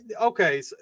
okay